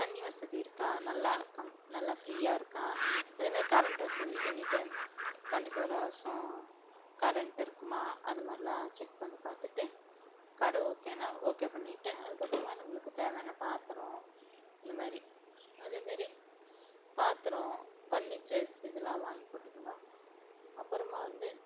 தண்ணி வசதி இருக்கா நல்லா கம் நல்லா ஃப்ரீயாக இருக்கா அதேமாரி கரண்ட் வசதி எனி டைம் டொண்டி ஃபோர் ஹவர்ஸும் கரண்ட் இருக்குமா அதுமாதிரிலாம் செக் பண்ணி பார்த்துட்டு கடை ஓகேன்னா ஓகே பண்ணிவிட்டு அதுக்கப்புறமா நம்பளுக்கு தேவையான பாத்திரோம் இந்த மாதிரி அதேமாரி பாத்திரோம் தண்ணி செஸ் இதெல்லாம் வாங்கி போட்டுக்கணும் அப்புறமா வந்து